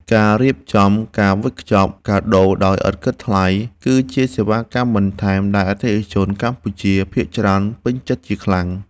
ការរៀបចំការវេចខ្ចប់កាដូដោយឥតគិតថ្លៃ គឺជាសេវាកម្មបន្ថែមដែលអតិថិជនកម្ពុជាភាគច្រើនពេញចិត្តជាខ្លាំង។